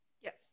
Yes